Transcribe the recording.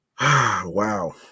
Wow